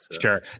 Sure